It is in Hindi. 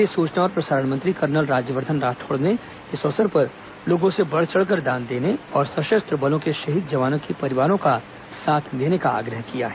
केंद्रीय सुचना और प्रसारण मंत्री कर्नल राज्यवर्द्वन राठौड़ ने इस अवसर पर लोगों से बढ चढ़कर दान देने और सशस्त्र बलों के शहीद जवानों के परिवारों का साथ देने का आग्रह किया है